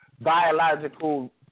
biological